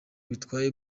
bitwaye